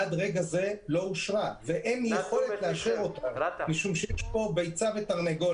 עד רגע זה לא אושרה ואין יכולת לאשר אותה משום שיש פה ביצה ותרנגולת.